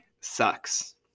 sucks